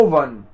one